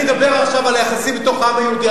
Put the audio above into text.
אני מדבר עכשיו על היחסים בתוך העם היהודי.